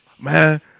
Man